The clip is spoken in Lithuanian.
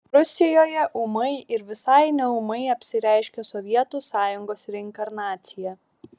rusijoje ūmai ar visai neūmai apsireiškė sovietų sąjungos reinkarnacija